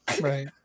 Right